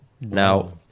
Now